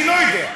אני לא יודע.